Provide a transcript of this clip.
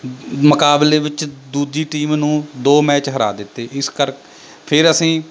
ਮੁਕਾਬਲੇ ਵਿੱਚ ਦੂਜੀ ਟੀਮ ਨੂੰ ਦੋ ਮੈਚ ਹਰਾ ਦਿੱਤੇ ਇਸ ਕਰਕੇ ਫਿਰ ਅਸੀਂ